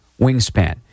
wingspan